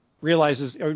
realizes